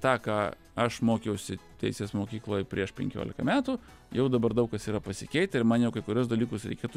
tą ką aš mokiausi teisės mokykloj prieš penkiolika metų jau dabar daug kas yra pasikeitę ir man jau kai kuriuos dalykus reikėtų